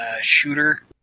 shooter